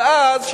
אבל אז,